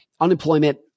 Unemployment